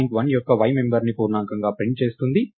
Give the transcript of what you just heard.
point 1 యొక్క y మెంబర్ని పూర్ణాంకంగా ప్రింట్ చేస్తుంది